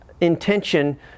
intention